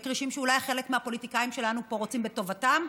וכרישים שאולי חלק מהפוליטיקאים שלנו פה רוצים בטובתם,